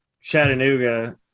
chattanooga